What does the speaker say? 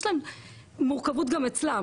יש להם מורכבות גם אצלם,